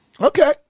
Okay